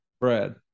Brad